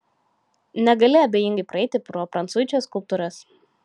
negali abejingai praeiti pro prancuičio skulptūras